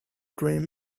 dream